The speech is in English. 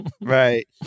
Right